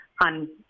on